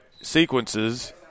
sequences